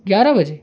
ग्यारह बजे